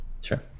sure